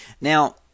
Now